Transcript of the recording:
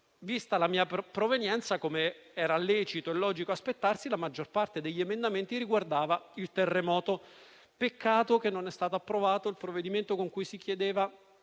Vista la mia provenienza, come era lecito e logico aspettarsi, la maggior parte degli emendamenti riguardava il terremoto. Peccato che non sia stato approvato il provvedimento con cui si chiedeva